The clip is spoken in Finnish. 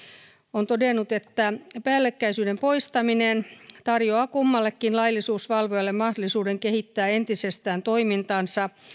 on todennut että päällekkäisyyden poistaminen tarjoaa kummallekin laillisuusvalvojalle mahdollisuuden kehittää entisestään toimintaansa